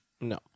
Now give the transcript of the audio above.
No